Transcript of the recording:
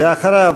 ואחריו,